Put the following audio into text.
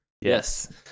Yes